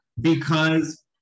because-